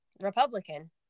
Republican